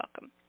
welcome